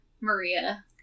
Maria